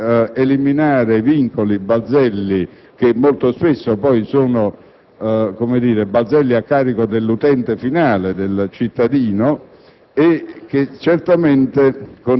economico-produttivo, di eliminare vincoli e balzelli che molto spesso sono a carico dell'utente finale, del cittadino,